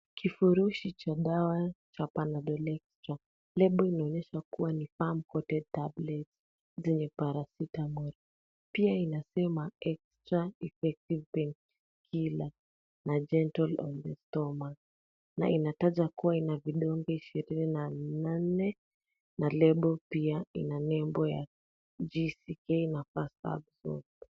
Kifurushi cha dawa cha panadol extra. Lebo inaonyesha kuwa ni Firm-coated tablet zenye paracetamol. Pia inasema Extra effective Painkiller na Gentle on the stomach , na inataja kuwa ina vidonge ishirini na nane na lebo pia ina nembo ya GCK na Faster Absorbed .